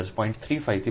35 થી 0